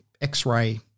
x-ray